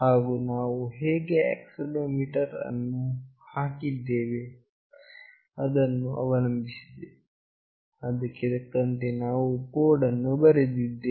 ಹಾಗು ನಾವು ಹೇಗೆ ಆಕ್ಸೆಲೆರೋಮೀಟರ್ ಅನ್ನು ಇಲ್ಲಿ ಹಾಕಿದ್ದೇವೆಯೋ ಅದನ್ನು ಅವಲಂಬಿಸಿ ಅದಕ್ಕೆ ತಕ್ಕಂತೆ ನಾವು ಕೋಡ್ ಅನ್ನು ಬರೆದಿದ್ದೇವೆ